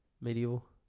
medieval